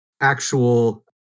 actual